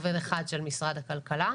עובד אחד של משרד הכלכלה.